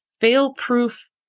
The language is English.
fail-proof